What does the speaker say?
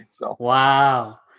Wow